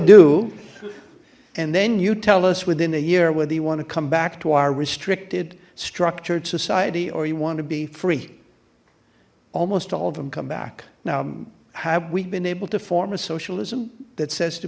do and then you tell us within a year whether you want to come back to our restricted structured society or you want to be free almost all of them come back now have we been able to form a socialism that says to